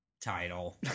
Title